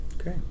Okay